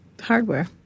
hardware